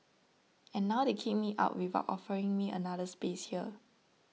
and now they kick me out without offering me another space here